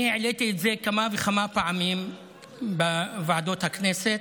אני העליתי את זה כמה וכמה פעמים בוועדות הכנסת.